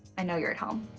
i know you're at home.